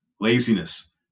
Laziness